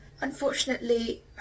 Unfortunately